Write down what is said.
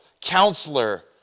Counselor